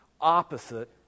opposite